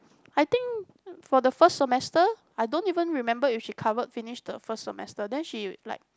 I think for the first semester I don't even remember if she cover finish the first semester then she like